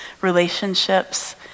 relationships